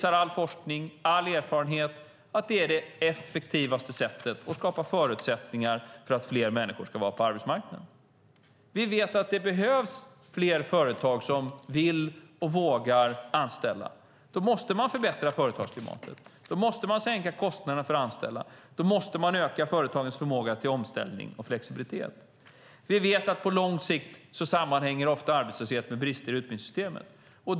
All forskning och erfarenhet visar att det är det effektivaste sättet att skapa förutsättningar för att fler människor ska vara på arbetsmarknaden. Vi vet att det behövs fler företag som vill och vågar anställa. Då måste vi förbättra företagsklimatet. Då måste vi sänka kostnaderna för att anställa. Då måste vi öka företagens förmåga till omställning och flexibilitet. Vi vet att på lång sikt sammanhänger ofta arbetslöshet med brister i utbildningssystemet.